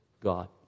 God